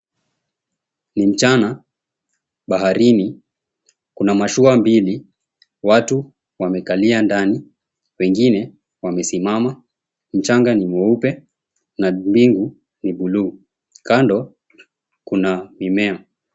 Ni mchana. Baharini kuna mashua mbili. Watu wamekalia ndani, wengine wamesimama. Mchanga ni mweupe na mbingu ni buluu. Kando kuna mimea.